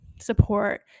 support